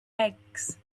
eggs